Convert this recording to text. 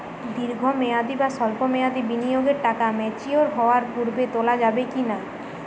দীর্ঘ মেয়াদি বা সল্প মেয়াদি বিনিয়োগের টাকা ম্যাচিওর হওয়ার পূর্বে তোলা যাবে কি না?